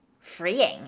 freeing